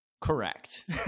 Correct